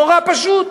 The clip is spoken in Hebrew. נורא פשוט.